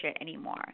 anymore